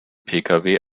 pkw